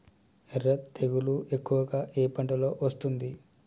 ఎర్ర తెగులు ఎక్కువగా ఏ పంటలో వస్తుంది?